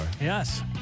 Yes